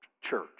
church